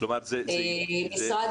משרד